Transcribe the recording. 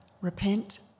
repent